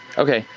okay,